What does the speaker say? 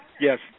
Yes